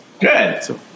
Good